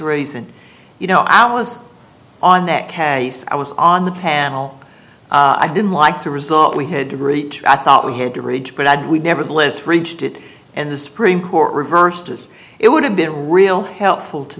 reason you know i was on that case i was on the panel i didn't like the result we had reached i thought we had to reach but i did we nevertheless reached it and the supreme court reversed as it would have been real helpful to